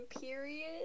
period